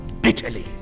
bitterly